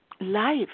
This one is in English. life